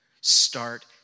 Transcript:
Start